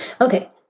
Okay